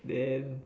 then